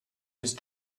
his